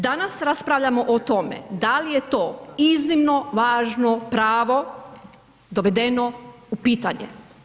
Danas raspravljamo o tome da li je to iznimno važno pravo dovedeno u pitanje.